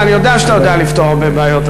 ואני יודע שאתה יודע לפתור הרבה בעיות,